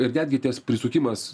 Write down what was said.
ir netgi ties prisukimas